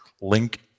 link